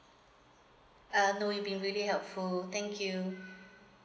uh no you've been really helpful thank you